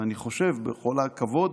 ואני חושב, בכל הכבוד,